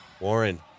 Warren